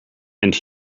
and